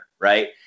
right